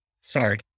Sorry